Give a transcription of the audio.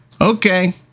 Okay